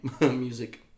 music